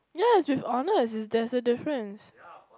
yeah it's with honours is there is a difference